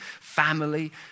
family